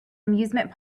amusement